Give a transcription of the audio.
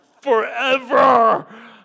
forever